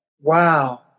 Wow